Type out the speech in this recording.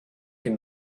can